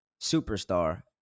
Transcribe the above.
superstar